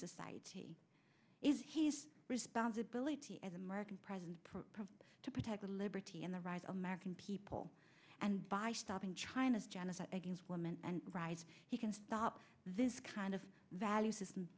society is he's responsibility as american president to protect the liberty and the rise of american people and by stopping china's genocide against women and rise he can stop this kind of value system